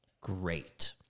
Great